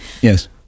yes